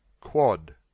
Quad